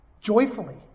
joyfully